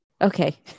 Okay